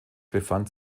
befand